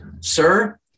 sir